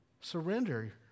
surrender